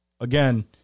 again